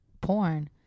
porn